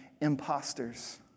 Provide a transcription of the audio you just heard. imposters